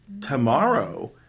tomorrow